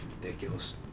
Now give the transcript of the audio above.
ridiculous